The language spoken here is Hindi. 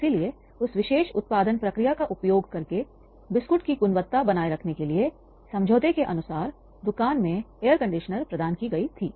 इसीलिए उस विशेष उत्पादन प्रक्रिया का उपयोग करके बिस्कुट की गुणवत्ता बनाए रखने के लिएसमझौते के अनुसार दुकान में एयर कंडीशनर प्रदान की गई थी